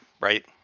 right